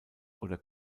oder